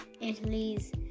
Italy's